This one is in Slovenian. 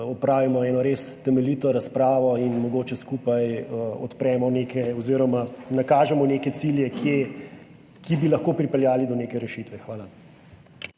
opravimo eno res temeljito razpravo in mogoče skupaj odpremo oziroma nakažemo neke cilje, ki bi lahko pripeljali do neke rešitve. Hvala.